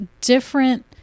different